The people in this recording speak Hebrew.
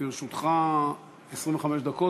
לרשותך 25 דקות.